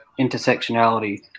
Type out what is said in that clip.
intersectionality